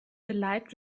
light